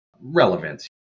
relevance